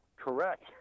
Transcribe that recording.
correct